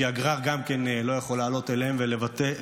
כי הגרר גם כן לא יכול לעלות אליהם ולגרור